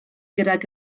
gydag